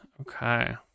Okay